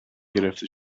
گرفته